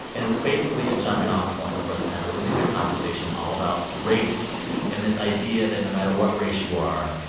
and it was basically a jumping-off point for us to have a really big conversation all about race and this idea that, no matter what race you are,